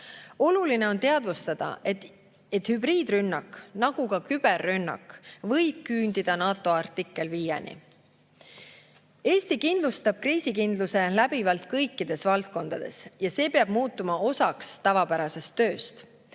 Oluline on teadvustada, et hübriidrünnak, nagu ka küberrünnak, võib küündida NATO artikkel 5 [mõjuni]. Eesti kindlustab kriisikindluse läbivalt kõikides valdkondades ja see peab muutuma osaks tavapärasest tööst.